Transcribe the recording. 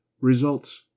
Results